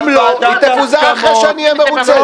אם לא היא תפוזר אחרי שאני אהיה מרוצה.